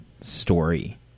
story